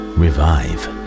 revive